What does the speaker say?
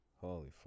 holy